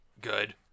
good